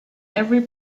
every